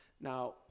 Now